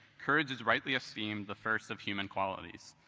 courage is rightly esteemed the first of human qualities,